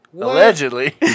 Allegedly